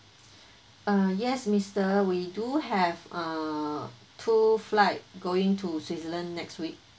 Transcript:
uh yes mister we do have uh two flight going to switzerland next week